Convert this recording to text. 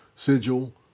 sigil